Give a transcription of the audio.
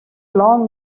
long